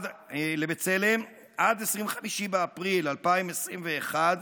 עד 25 באפריל 2021,